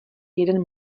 jeden